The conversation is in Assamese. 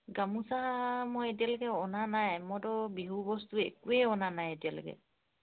গামোচা মই এতিয়ালৈকে অনা নাই মইতো বিহু বস্তু একোৱেই অনা নাই এতিয়ালৈকে